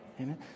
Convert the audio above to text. Amen